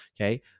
Okay